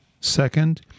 second